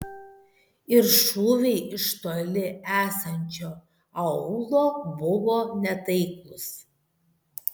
ir šūviai iš toli esančio aūlo buvo netaiklūs